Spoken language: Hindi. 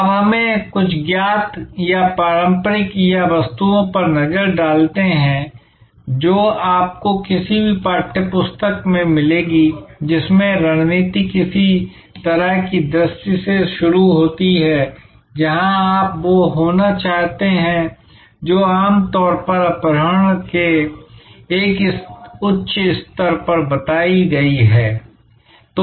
अब हमें कुछ ज्ञात या पारंपरिक या वस्तुओं पर नजर डालते हैं जो आपको किसी भी पाठ्य पुस्तक में मिलेंगी जिसमें रणनीति किसी तरह की दृष्टि से शुरू होती है जहां आप वह होना चाहते हैं जो आमतौर पर अपहरण के एक उच्च स्तर पर बताई गई है